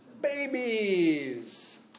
Babies